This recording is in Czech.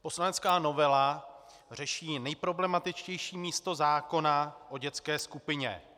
Poslanecká novela řeší nejproblematičtější místo zákona o dětské skupině.